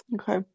Okay